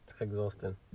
Exhausting